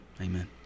amen